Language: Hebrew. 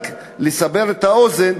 רק לסבר את האוזן,